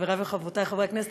חברי וחברותי חברי הכנסת.